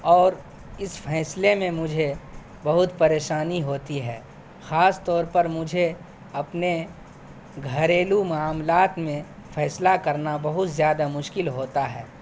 اور اس فیصلے میں مجھے بہت پریشانی ہوتی ہے خاص طور پر مجھے اپنے گھریلو معاملات میں فیصلہ کرنا بہت زیادہ مشکل ہوتا ہے